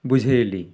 ବୁଝେଇଲି